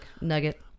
nugget